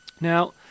Now